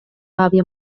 àvia